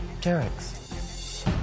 Derek's